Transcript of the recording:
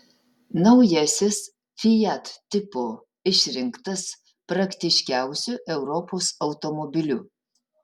naujasis fiat tipo išrinktas praktiškiausiu europos automobiliu